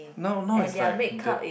now now is like that